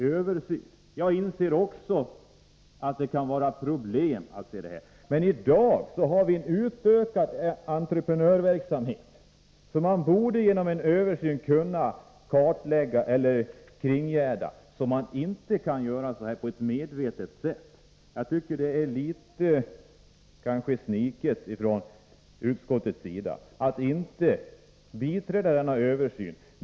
Även jag inser att det kan finnas problem, men i dag har vi fått en ökning av entreprenörverksamheten, som man vid en översyn borde kunna kartlägga eller kringgärda, så att det inte går att medvetet kringgå lagen på detta sätt. Jag tycker att det är litet dåligt av utskottet att inte gå med på en översyn.